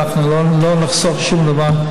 אנחנו לא נחסוך שום דבר.